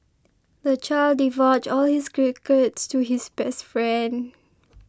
the child divulged all his to his best friend